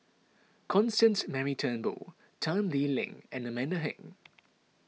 Constance Mary Turnbull Tan Lee Leng and Amanda Heng